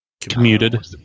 Commuted